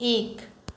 एक